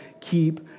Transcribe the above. Keep